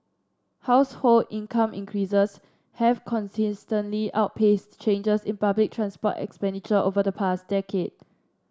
household income increases have consistently outpaced changes in public transport expenditure over the past decade